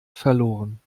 verloren